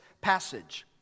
passage